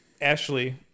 Ashley